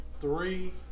three